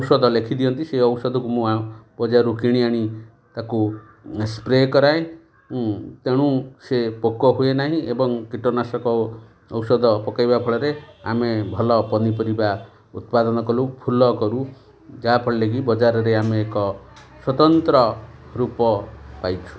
ଔଷଧ ଲେଖିଦିଅନ୍ତି ସେ ଔଷଧକୁ ମୁଁ ବଜାରରୁ କିଣି ଆଣି ତାକୁ ସ୍ପ୍ରେ କରାଏ ତେଣୁ ସେ ପୋକ ହୁଏ ନାହିଁ ଏବଂ କୀଟନାଶକ ଔଷଧ ପକେଇବା ଫଳରେ ଆମେ ଭଲ ପନିପରିବା ଉତ୍ପାଦନ କଲୁ ଫୁଲ କରୁ ଯାହାଫଳରେ କି ବଜାରରେ ଆମେ ଏକ ସ୍ୱତନ୍ତ୍ର ରୂପ ପାଇଛୁ